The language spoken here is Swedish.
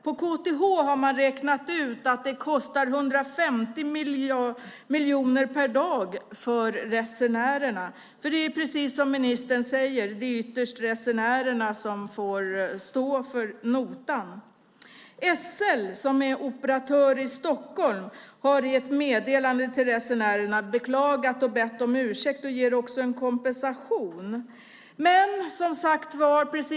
På KTH har man räknat ut att det kostar 150 miljoner per dag för resenärerna. Och precis som ministern säger är det ytterst resenärerna som får stå för notan. SL som är operatör i Stockholm har i ett meddelande till resenärerna beklagat och bett om ursäkt. Man ger också en kompensation.